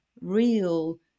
real